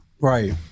Right